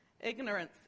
ignorance